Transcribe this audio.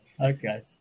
Okay